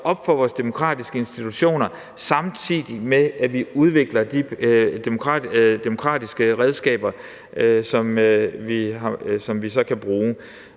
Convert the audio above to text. op for vores demokratiske institutioner, samtidig med at vi udvikler de demokratiske redskaber, som vi så kan bruge